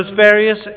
various